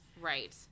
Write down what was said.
Right